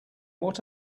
what